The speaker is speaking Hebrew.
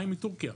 מים מתורכיה.